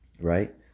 Right